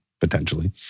potentially